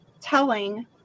telling